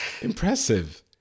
Impressive